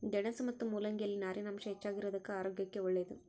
ಗೆಣಸು ಮತ್ತು ಮುಲ್ಲಂಗಿ ಯಲ್ಲಿ ನಾರಿನಾಂಶ ಹೆಚ್ಚಿಗಿರೋದುಕ್ಕ ಆರೋಗ್ಯಕ್ಕೆ ಒಳ್ಳೇದು